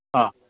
ആ